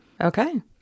okay